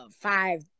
five